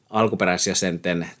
alkuperäisjäsenten